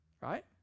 right